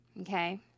okay